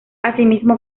asimismo